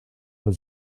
was